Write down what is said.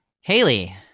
Haley